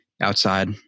outside